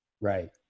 Right